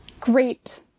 great